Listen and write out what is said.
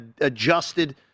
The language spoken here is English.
adjusted